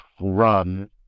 run